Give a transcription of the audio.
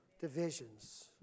Divisions